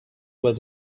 were